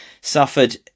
suffered